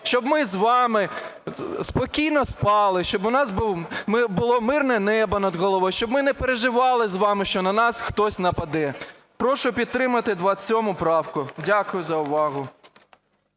щоб ми з вами спокійно спали, щоб у нас було мирне небо над головою, щоб ми не переживали з вами, що на нас хтось нападе. Прошу підтримати 27 правку. Дякую за увагу.